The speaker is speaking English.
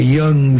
young